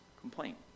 complaint